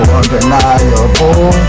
undeniable